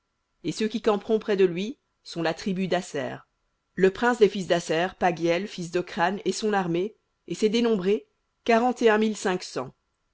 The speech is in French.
et ceux qui camperont près de lui sont la tribu d'issacar le prince des fils d'issacar nethaneël fils de tsuar et son armée et ses dénombrés